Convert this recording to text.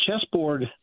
chessboard